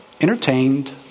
entertained